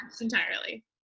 entirely